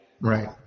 Right